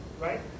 right